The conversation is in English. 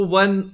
one